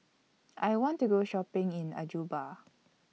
I want to Go Shopping in